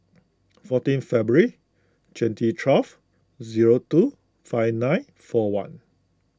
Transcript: fourteen February twenty twelve zero two five nine four one